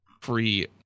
free